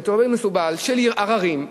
של ערעורים,